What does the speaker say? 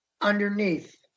underneath